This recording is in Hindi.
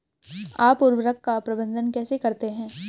आप उर्वरक का प्रबंधन कैसे करते हैं?